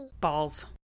Balls